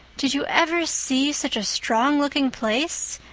did you ever see such a strong-looking place?